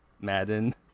Madden